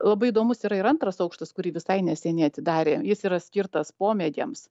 labai įdomus yra ir antras aukštas kurį visai neseniai atidarė jis yra skirtas pomėgiams